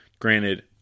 Granted